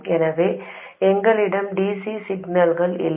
எனவே எங்களிடம் டிசி சிக்னல்கள் இல்லை